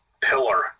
pillar